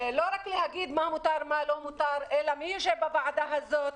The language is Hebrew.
לא רק לומר מה מותר ומה אסור אלא מי יושב בוועדה הזאת,